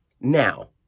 Now